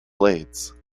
blades